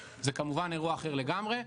זה כמובן אירוע אחר לגמרי,